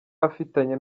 afitanye